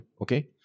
okay